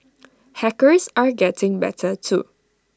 hackers are getting better too